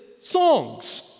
songs